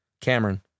Cameron